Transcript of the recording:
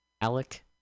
Alec